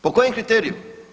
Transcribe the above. Po kojem kriteriju?